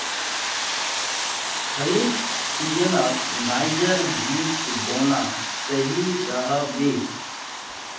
खरीफ सीजनत नाइजर बीज बोना सही रह बे